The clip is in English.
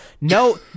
No